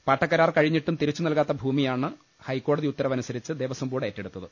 പാട്ടകരാർ കഴിഞ്ഞിട്ടും തിരിച്ചുനൽകാത്ത ഭൂമിയാണ് ഹൈക്കോ ടതി ഉത്തരവ് അനു സരിച്ച് ദേവസവം ബോർഡ് ഏറ്റെടുത്തത്